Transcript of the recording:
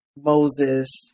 Moses